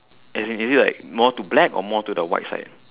as in is it like more to black or more to the white side